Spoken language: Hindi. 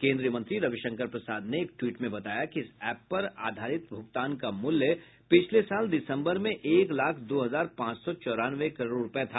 केन्द्रीय मंत्री रविशंकर प्रसाद ने एक ट्वीट में बताया कि इस ऐप पर आधारित भुगतान का मूल्य पिछले साल दिसंबर में एक लाख दो हजार पांच सौ चौरानवे करोड़ रुपये था